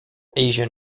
asian